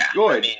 good